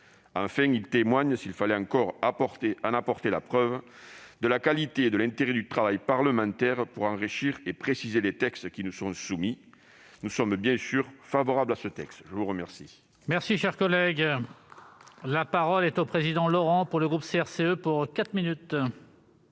Enfin, il témoigne, s'il fallait encore en apporter la preuve, de la qualité de l'intérêt du travail parlementaire pour enrichir et préciser les textes qui nous sont soumis. Nous sommes donc bien sûr favorables à ce texte. La parole